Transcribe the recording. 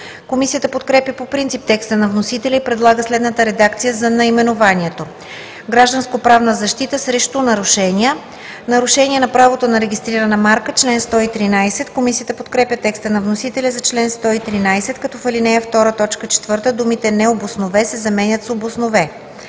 Комисията подкрепя по принцип текста на вносителя и предлага следната редакция за наименованието: „Гражданскоправна защита срещу нарушения“ „Нарушение на правото на регистрирана марка – чл. 113“. Комисията подкрепя текста на вносителя за чл. 113, като в ал. 2, т. 4 думите „не обоснове“ се заменят с „обоснове“.